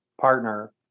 partner